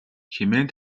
хэмээн